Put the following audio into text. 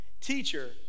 Teacher